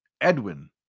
Edwin